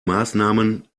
maßnahmen